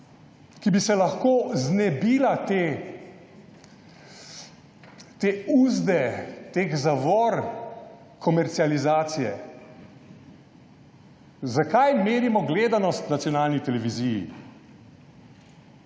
ki bi se lahko znebila te uzde, teh zavor komercializacije. Zakaj merimo gledanost nacionalni televiziji?